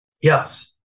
Yes